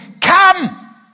come